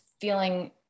feeling